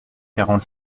quarante